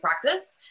practice